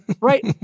Right